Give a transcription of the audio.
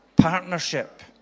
partnership